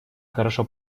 хорошо